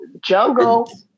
jungle